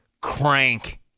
Crank